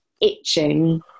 itching